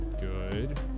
Good